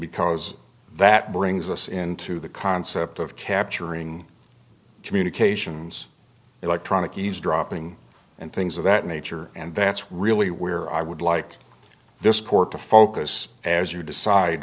because that brings us into the concept of capturing communications electronic eavesdropping and things of that nature and that's really where i would like this court to focus as you decide